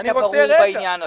היית ברור בעניין הזה.